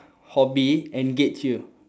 hobby engage you